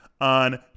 on